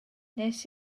wnes